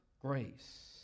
grace